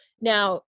Now